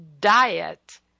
diet